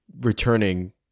returning